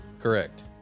Correct